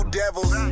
devils